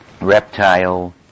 reptile